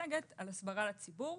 במצגת היא הסברה לציבור.